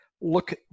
look